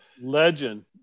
Legend